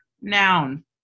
noun